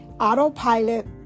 autopilot